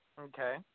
Okay